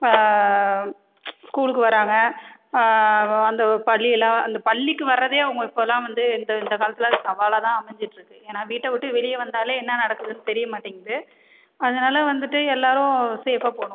ஸ்கூலுக்கு வராங்கள் அந்த பள்ளி எல்லாம் அந்த பள்ளிக்கு வரதே அவங்க இப்போல்லாம் வந்து இந்த இந்த காலத்தில் அது சவாலாக தான் அமைஞ்சிட்டு இருக்குது ஏன்னால் வீட்ட விட்டு வெளியே வந்தாலே என்ன நடக்குதுன்னு தெரியமாட்டேங்குது அதுனால வந்துகிட்டு எல்லாரும் சேஃபா போனும்